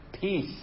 Peace